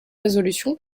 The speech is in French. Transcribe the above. résolution